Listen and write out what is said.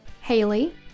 Haley